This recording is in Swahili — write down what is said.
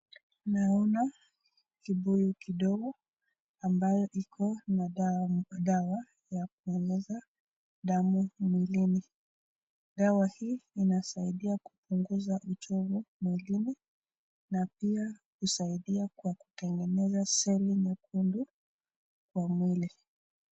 Naona kibuyu kidogo ambayo iko na dawa ya kuongeza damu mwilini. Dawa hii inasaidia kupunguza uchovu mwilini na pia kusaidia kwa kutengeneza seli nyekundu kwa mwili.